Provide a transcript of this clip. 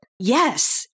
Yes